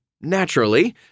Naturally